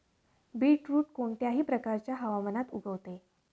beetroot कोणत्याही प्रकारच्या हवामानात उगवते